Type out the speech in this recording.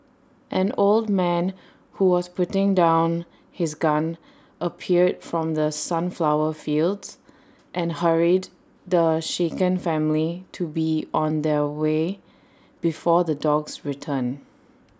an old man who was putting down his gun appeared from the sunflower fields and hurried the shaken family to be on their way before the dogs return